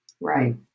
Right